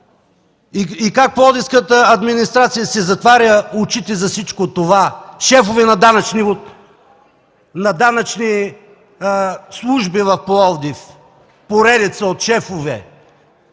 Как пловдивската администрация си затваря очите за това – шефове на данъчни служби в Пловдив, поредица от шефове